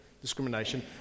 Discrimination